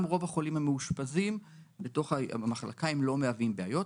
גם רוב החולים המאושפזים במחלקה לא מהווים בעיות,